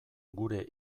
gure